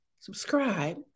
subscribe